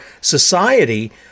society